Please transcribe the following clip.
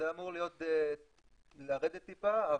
זה אמור לרדת טיפה,